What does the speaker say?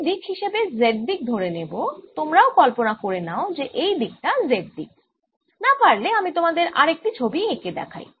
আমি দিক হিসেবে z দিক ধরে নেব তোমরাও কল্পনা করে নাও যে এই দিক টা z দিক না পারলে আমি তোমাদের আরেকটি ছবি এঁকে দেখাই